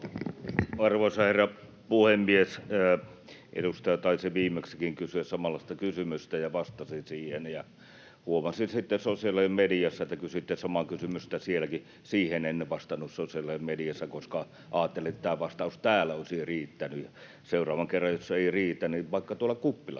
Arvoisa herra puhemies! Edustaja taisi viimeksikin kysyä samanlaista kysymystä, ja vastasin siihen, ja huomasin sitten sosiaalisessa mediassa, että kysyitte samaa kysymystä sielläkin. Siihen en vastannut sosiaalisessa mediassa, koska ajattelin, että se vastaus täällä olisi riittänyt. Seuraavan kerran jos ei riitä, niin vaikka tuolla kuppilassa